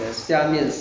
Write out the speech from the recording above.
虾面